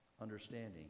understanding